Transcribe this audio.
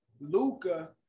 Luca